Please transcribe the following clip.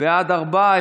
בעד ארבעה.